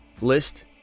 list